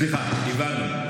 סליחה, הבנו.